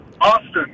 Austin